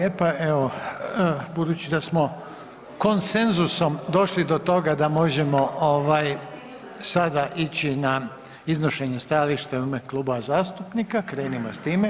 Evo, budući da smo konsenzusom došli do toga da možemo ovaj, sada ići na iznošenje stajališta u ime kluba zastupnika, krenimo s time.